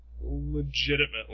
legitimately